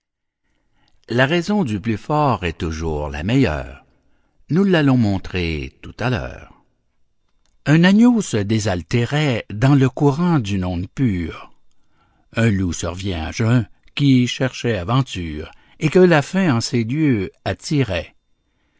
la raison du plus fort est toujours la meilleure nous l'allons montrer tout à l'heure un agneau se désaltérait dans le courant d'une onde pure un loup survint à jeun qui cherchait aventure et que la faim en ces lieux attirait